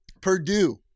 Purdue